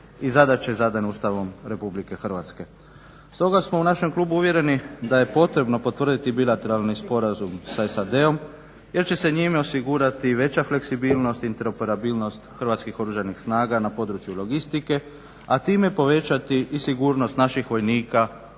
i zadaće zadane Ustavom RH. Stoga smo u našem klubu uvjereni da je potrebno potvrditi bilateralni sporazum sa SAD jer će se njime osigurati veća fleksibilnost i interoperabilnost Hrvatskih oružanih snaga na području logistike, a time povećati sigurnost naših vojnika